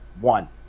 One